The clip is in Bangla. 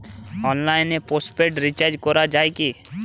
অনলাইনে পোস্টপেড রির্চাজ করা যায় কি?